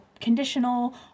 conditional